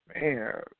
Man